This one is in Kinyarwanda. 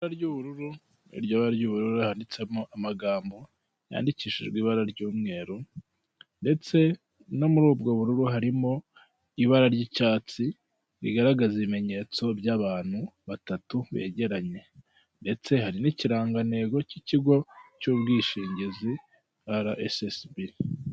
Ibara ry'ubururu, muri iryo bara ry'ubururu handitesemo amagambo yandikishije ibara ry'umweru, ndetse muri ubwo bururu harimo ibara ry'icyatsi rigaragaza ibimebyetso by'abantu batatu, begeranye ndetse harimo ikirangantego k'ikigi cy'ubwishingizi ara esi esi bi